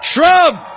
Trump